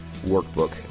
Workbook